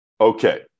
Okay